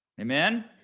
Amen